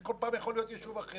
כל פעם זה יכול להיות יישוב אחר